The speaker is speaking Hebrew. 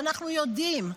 ואנחנו יודעים,